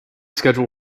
schedule